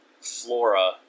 flora